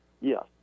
Yes